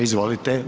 Izvolite.